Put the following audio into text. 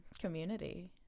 community